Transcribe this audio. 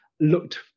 Looked